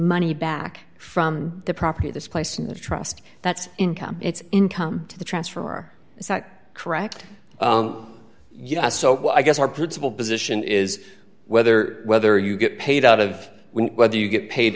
money back from the property this place in the trust that's income it's income to the transfer is that correct yeah so i guess our principle position is whether whether you get paid out of whether you get paid